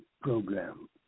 program